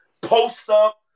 post-up